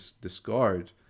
discard